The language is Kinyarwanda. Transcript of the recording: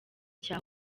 cya